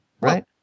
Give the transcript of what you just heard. Right